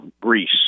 Greece